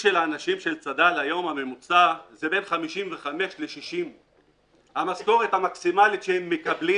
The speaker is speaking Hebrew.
של אנשי צד"ל היום הוא בין 55 60. המשכורת המקסימלית שהם מקבלים